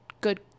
good